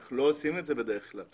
אנחנו לא עושים את זה בדרך כלל,